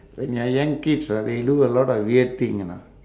when you're young kids ah they do a lot of weird thing you know